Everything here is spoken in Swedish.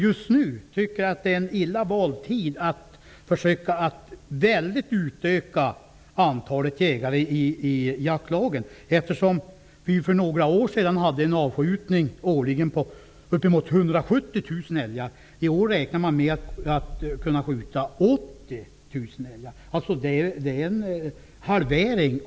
Just nu är det en illa vald tid för att utöka antalet jägare i jaktlagen. För några år sedan hade vi en avskjutning årligen av uppemot 170 000 älgar. I år räknar man med att kunna skjuta 80 000. Det är en halvering.